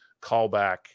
callback